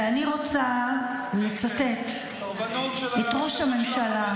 ואני רוצה לצטט את ראש הממשלה.